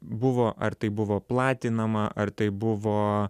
buvo ar tai buvo platinama ar tai buvo